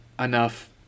enough